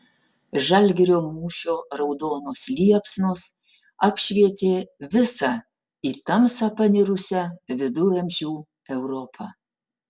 žalgirio mūšio raudonos liepsnos apšvietė visą į tamsą panirusią viduramžių europą